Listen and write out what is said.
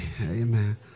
Amen